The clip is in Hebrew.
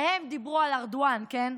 והם דיברו על ארדואן, כן?